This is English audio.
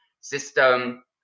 system